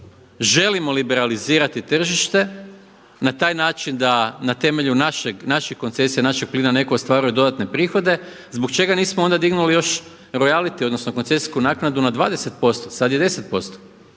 želimo liberalizirati tržište na taj način da na temelju naših koncesija, našeg plina netko ostvaruje dodatne prihode, zbog čega nismo onda dignuli još royality odnosno koncesijsku naknadu na 20%. Sad je 10%.